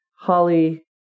Holly